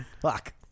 Fuck